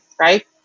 right